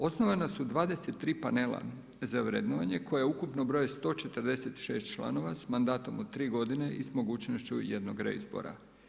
Osnovana su 23 panela za vrednovanje koja ukupno broje 146 članova sa mandatom od 3 godine i sa mogućnošću jednog reizbora.